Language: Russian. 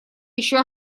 ещё